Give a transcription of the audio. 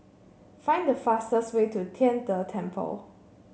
find the fastest way to Tian De Temple